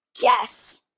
Yes